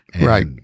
right